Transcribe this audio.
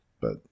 But-